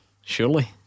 Surely